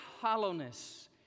hollowness